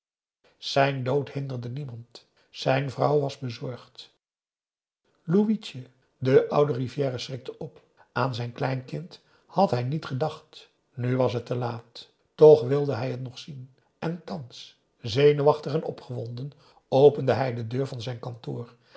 zijn dood hinderde niemand zijn vrouw was bezorgd louitje de oude rivière schrikte op aan zijn kleinkind had hij niet gedacht nu was het te laat toch wilde hij het nog zien en thans zenuwachtig en opgewonden opende hij de deur van zijn kantoor